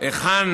היכן